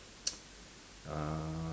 uh